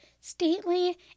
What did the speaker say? stately